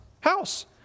house